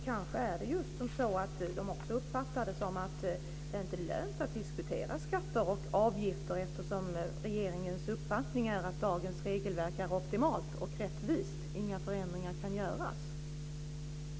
Kanske är det som så att de också uppfattar att det inte är lönt att diskutera skatter och avgifter, eftersom regeringens uppfattning är att dagens regelverk är optimalt och rättvist. Inga förändringar kan göras.